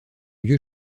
lieu